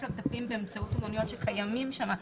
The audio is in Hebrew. למטפלים באמצעות אומנויות שקיימים שם,